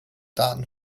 daten